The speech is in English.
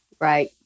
Right